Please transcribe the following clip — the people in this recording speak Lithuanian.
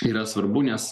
yra svarbu nes